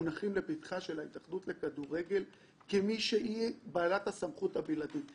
מונחים לפתחה של ההתאחדות לכדורגל כמי שהיא בעלת הסמכות בלעדית.